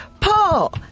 Paul